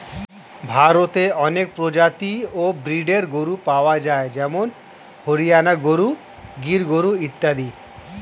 ভারতে অনেক প্রজাতি ও ব্রীডের গরু পাওয়া যায় যেমন হরিয়ানা গরু, গির গরু ইত্যাদি